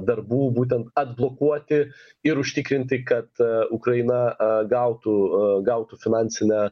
darbų būtent atblokuoti ir užtikrinti kad ukraina a gautų gautų finansinę